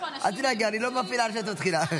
אל תדאגי, אני לא מפעיל עד שאת מתחילה.